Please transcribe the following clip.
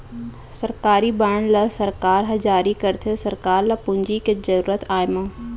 सरकारी बांड ल सरकार ह जारी करथे सरकार ल पूंजी के जरुरत आय म